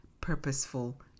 purposeful